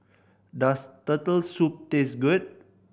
does Turtle Soup taste good